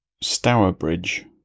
Stourbridge